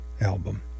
album